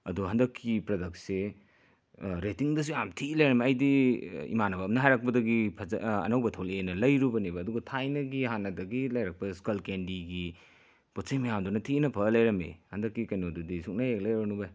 ꯑꯗꯣ ꯍꯟꯗꯛꯀꯤ ꯄ꯭ꯔꯗꯛꯁꯦ ꯔꯦꯇꯤꯡꯗꯁꯨ ꯌꯥꯝ ꯊꯤ ꯂꯩꯔꯝꯃꯦ ꯑꯩꯗꯤ ꯏꯃꯥꯟꯅꯕ ꯑꯃꯅ ꯍꯥꯏꯔꯛꯄꯗꯒꯤ ꯐꯖ ꯑꯅꯧꯕ ꯊꯣꯛꯂꯛꯑꯦꯅ ꯂꯩꯔꯨꯕꯅꯦꯕ ꯑꯗꯨꯒ ꯊꯥꯏꯅꯒꯤ ꯍꯥꯟꯅꯗꯒꯤ ꯂꯩꯔꯛꯄ ꯁ꯭ꯀꯜꯀꯦꯟꯗꯤꯒꯤ ꯄꯣꯠꯆꯩ ꯃꯌꯥꯝꯗꯨꯅ ꯊꯤꯅ ꯐ ꯂꯩꯔꯝꯃꯦ ꯍꯟꯗꯛꯀꯤ ꯀꯩꯅꯣꯗꯨꯗꯤ ꯁꯨꯡꯂꯩꯍꯦꯛ ꯂꯩꯔꯨꯔꯅꯨ ꯚꯥꯏ